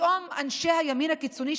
פתאום אנשי הימין הקיצוני,